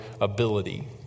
ability